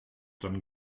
dann